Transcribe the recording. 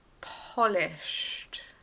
polished